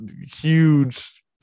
huge